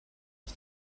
bis